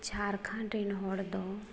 ᱡᱷᱟᱲᱠᱷᱟᱸᱰ ᱨᱮᱱ ᱦᱚᱲ ᱫᱚ